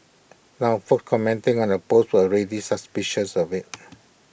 now folks commenting on the post were already suspicious of IT